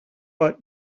but